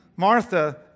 Martha